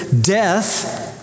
Death